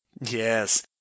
Yes